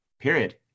period